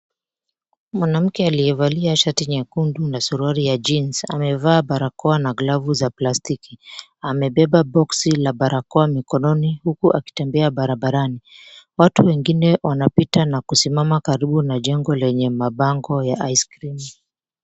Mwanamke aliyevalia shati nyekundu na suruali ya (cs)jeans(cs) amevaa barakoa na glavu za plastiki , amoeba (cs)box(cs) la barakoa mikononi huku akitembea barabarani .Watu wengine wanapita na kusimama karibu na jengo lenye mabango ya (cs) ice-cream(cs).